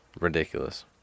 Ridiculous